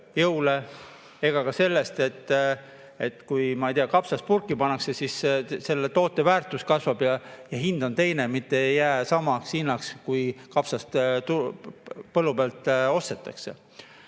ega ka seda, et kui kapsas purki pannakse, siis selle toote väärtus kasvab ja hind on teine, mitte ei jää samaks, kui kapsast põllu pealt ostetakse.